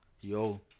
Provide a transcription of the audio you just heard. yo